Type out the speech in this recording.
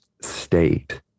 state